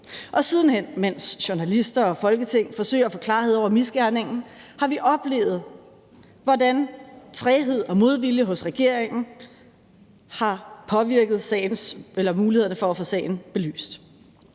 og siden hen, mens journalister og Folketing har forsøgt at få klarhed over misgerningen, har vi oplevet, hvordan træghed og modvilje hos regeringen har påvirket mulighederne for at få sagen belyst.